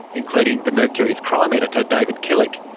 including the mercury's crime editor david killick,